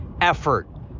effort